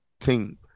team